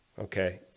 Okay